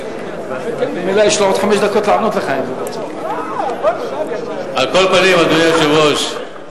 יסכם, על כל פנים, אדוני היושב-ראש,